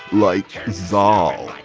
like zoll.